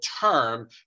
term